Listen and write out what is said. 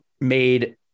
made